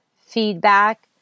feedback